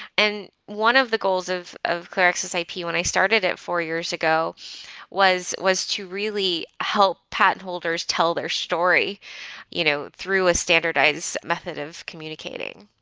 and one of the goals of of clearaccessip when i started it four years ago was was to really help patent holders tell their story you know through a standardized method of communicating.